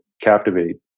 captivate